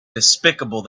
despicable